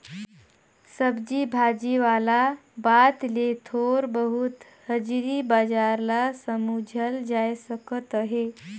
सब्जी भाजी वाला बात ले थोर बहुत हाजरी बजार ल समुझल जाए सकत अहे